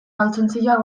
galtzontziloak